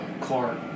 Clark